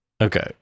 okay